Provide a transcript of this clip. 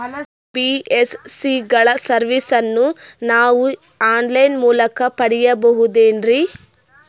NBSC ಗಳ ಸರ್ವಿಸನ್ನ ನಾವು ಆನ್ ಲೈನ್ ಮೂಲಕ ಪಡೆಯಬಹುದೇನ್ರಿ?